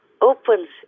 opens